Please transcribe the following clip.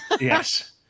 Yes